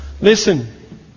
Listen